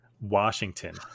Washington